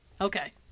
Okay